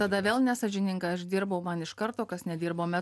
tada vėl nesąžiningai aš dirbau man iš karto kas nedirbo